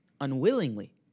unwillingly